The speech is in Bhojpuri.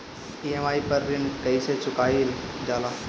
ई.एम.आई पर ऋण कईसे चुकाईल जाला?